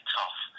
tough